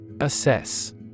Assess